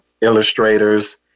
illustrators